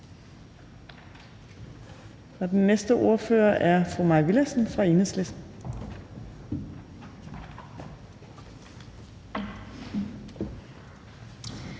Den næste ordfører er fru Mai Villadsen fra Enhedslisten.